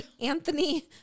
Anthony